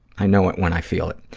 i know it when i feel it.